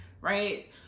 right